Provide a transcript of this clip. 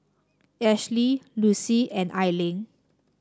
Ashley Lucy and Aili